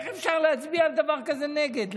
איך אפשר להצביע על דבר כזה נגד?